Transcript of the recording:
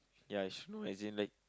ya as you know as in like